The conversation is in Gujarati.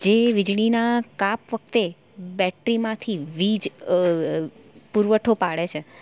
જે વીજળીના કાપ વખતે બેટરીમાંથી વીજ પુરવઠો પાડે છે